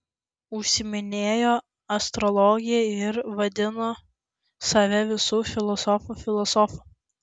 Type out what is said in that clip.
užsiiminėjo astrologija ir vadino save visų filosofų filosofu